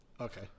Okay